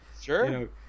sure